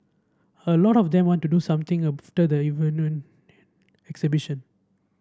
a lot of them want to do something after the exhibition